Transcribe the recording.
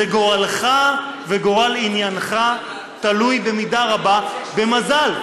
וגורלך וגורל עניינך תלוי במידה רבה במזל,